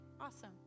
Awesome